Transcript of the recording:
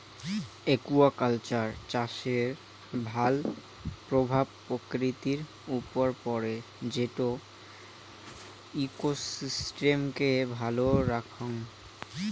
aquaculture চাষের ভাল প্রভাব প্রকৃতির উপর পড়ে যেটো ইকোসিস্টেমকে ভালো রাখঙ